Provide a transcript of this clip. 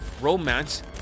romance